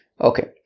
okay